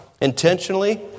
Intentionally